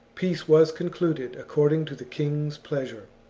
peace was concluded according to the king's pleasure.